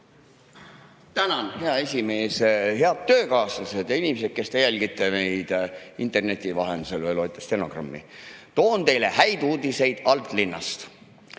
Tänan, hea esimees! Head töökaaslased! Head inimesed, kes te jälgite meid interneti vahendusel või loete stenogrammi! Toon teile häid uudiseid all-linnast.